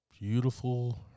Beautiful